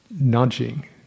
nudging